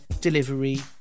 delivery